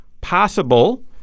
possible